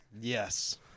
Yes